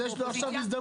אז יש לו עכשיו הזדמנות.